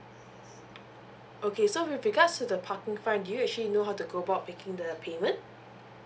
okay so with regards to the parking fine do you actually know how to go about making the payment